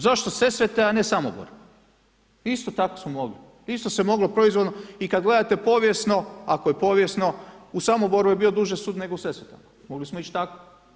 Zašto Sesvete, a ne Samobor, isto tako smo mogli, isto se moglo proizvoljno i kada gledate povijesno, ako je povijesno, u Samoboru je bio duži sud nego u Sesvetama, mogli smo ići tako.